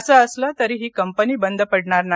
असं असलं तरीही कंपनी बंद पडणार नाही